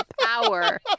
power